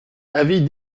avis